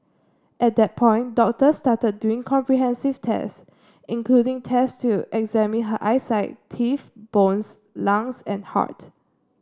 at that point doctors started doing comprehensive tests including tests to examine her eyesight teeth bones lungs and heart